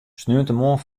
sneontemoarn